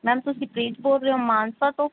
ma'am ਤੁਸੀਂ ਪ੍ਰੀਤ ਬੋਲ ਰਹੇ ਹੋ ਮਾਨਸਾ ਤੋਂ